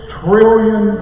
trillion